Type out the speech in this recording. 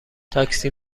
تاکسی